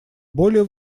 более